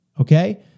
okay